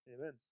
Amen